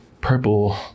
purple